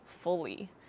fully